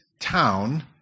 town